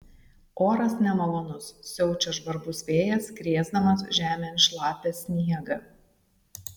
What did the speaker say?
oras nemalonus siaučia žvarbus vėjas krėsdamas žemėn šlapią sniegą